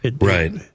right